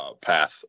path